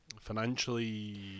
financially